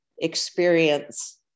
experience